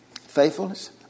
Faithfulness